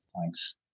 Thanks